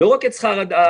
לא רק את שכר הדירה,